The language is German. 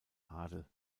adel